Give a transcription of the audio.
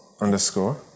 Underscore